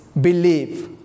believe